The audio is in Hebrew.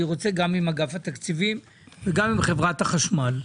גם עם אגף התקציבים וגם עם חברת החשמל.